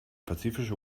pazifische